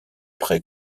pré